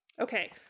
Okay